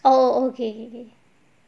oh okay